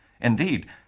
Indeed